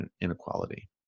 inequality